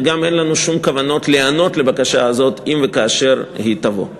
וגם אין לנו שום כוונות להיענות לבקשה הזאת אם וכאשר היא תבוא.